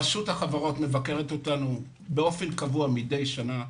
רשות החברות מבקרת אותנו באופן קבוע מידי שנה,